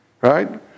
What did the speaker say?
Right